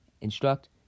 instruct